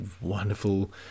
wonderful